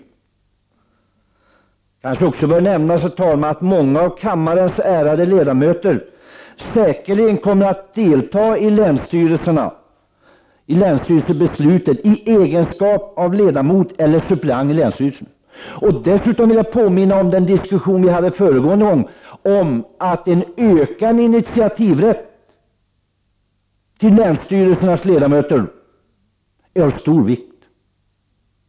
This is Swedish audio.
Det kanske också bör nämnas, herr talman, att många av kammarens ärade ledamöter säkerligen kommer att delta i länsstyrelsebesluten i egenskap av ledamot eller suppleant i länsstyrelsen. Dessutom vill jag påminna om den diskussion vi hade förra gången om att en ökad initiativrätt för länsstyrelsernas ledamöter är av stor vikt.